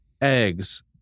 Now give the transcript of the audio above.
eggs